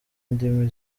indimi